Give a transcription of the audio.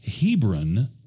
Hebron